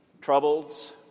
Troubles